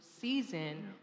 season